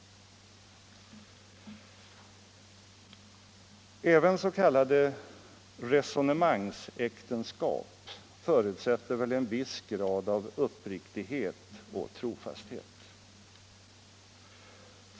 Även s.k. resonemangsäktenskap förutsätter väl en viss grad av uppriktighet och trofasthet.